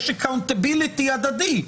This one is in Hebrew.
יש אקאונטביליטי הדדי.